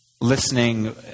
listening